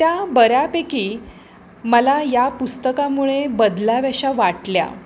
त्या बऱ्यापैकी मला या पुस्तकामुळे बदलाव्याशा वाटल्या